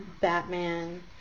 Batman